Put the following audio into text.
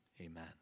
amen